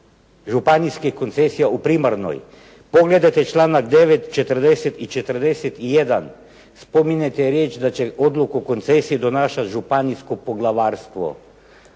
županijskih koncesija u primarnoj, pogledajte članak 9., 40. i 41. spominjete riječ da će odluku koncesije donašati županijsko poglavarstvo.